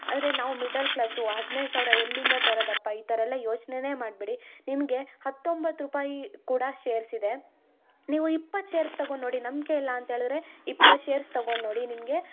ಆದರೆ ನಾವು middle class ಹದಿನೈದು ಸಾವಿರ ಎಲ್ಲಿಂದ ತರೋದಪ್ಪ ಈ ಥರ ಎಲ್ಲ ಯೋಚನೇನೆ ಮಾಡಬೇಡಿ ನಿಮಗೆ ಹತ್ತೊಂಬತ್ತು ರೂಪಾಯಿ ಕೂಡ ಶೇರ್ಸ್ ಇದೆ ನೀವು ಇಪ್ಪತ್ತು ಶೇರ್ಸ್ ತಗೊಂಡು ನೋಡಿ ನಂಬಿಕೆ ಇಲ್ಲ ಅಂತೇಳಿದರೆ ಇಪ್ಪತ್ತು ಶೇರ್ಸ್ ತಗೊಂಡು ನೋಡಿ ನಿಮಗೆ